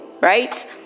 right